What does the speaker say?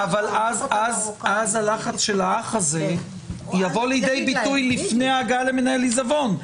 אז הלחץ של האח הזה יבוא לידי ביטוי לפני הגעה למנהל העיזבון.